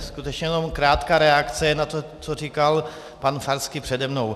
Skutečně jenom krátká reakce na to, co říkal pan Farský přede mnou.